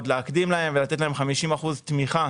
עוד להקדים להם ולתת להם 50 אחוזים תמיכה